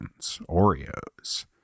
Oreos